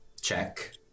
check